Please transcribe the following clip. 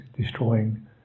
destroying